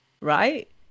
Right